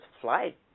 flight